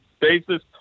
basis